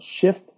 shift